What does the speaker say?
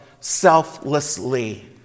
selflessly